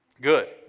Good